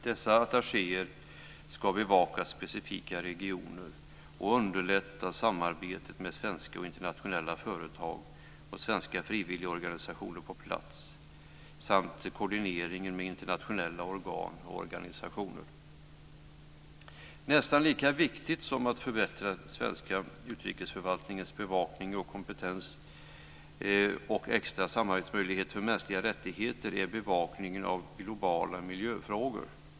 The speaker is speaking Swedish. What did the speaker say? Dessa attachéer ska bevaka specifika regioner och underlätta samarbetet med svenska internationella företag och svenska frivilligorganisationer på plats samt koordineringen med internationella organ och organisationer. Nästan lika viktigt som att förbättra den svenska utrikesförvaltningens bevakning, kompetens och externa samarbetsmöjligheter för mänskliga rättigheter är bevakningen av globala miljöfrågor.